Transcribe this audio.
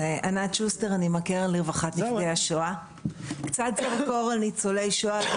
אם המשפחה גרה בחו"ל או הניצול הוא ערירי